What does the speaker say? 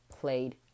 played